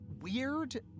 weird